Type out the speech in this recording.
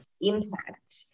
impact